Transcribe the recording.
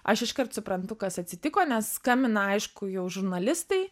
aš iškart suprantu kas atsitiko nes skambina aišku jau žurnalistai